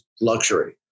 luxury